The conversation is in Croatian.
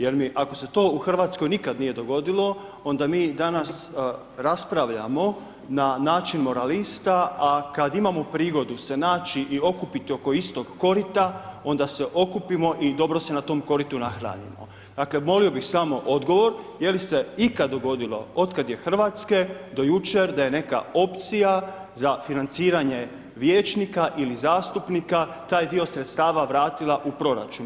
Jer mi, ako se to u Hrvatsko nikad nije dogodilo onda mi danas raspravljamo na način moralista a kada imamo prigodu se naći i okupiti oko istog korita onda se okupimo i dobro se na tom koritu ... Dakle molio bih samo odgovor, je li se ikada dogodilo otkad je Hrvatske do jučer da je neka opcija za financiranje vijećnika ili zastupnika taj dio sredstava vratila u proračun?